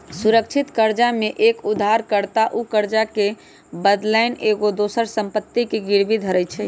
सुरक्षित करजा में एक उद्धार कर्ता उ करजा के बदलैन एगो दोसर संपत्ति के गिरवी धरइ छइ